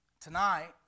Tonight